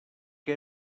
que